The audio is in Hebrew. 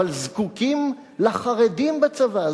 אבל זקוקים לחרדים בצבא.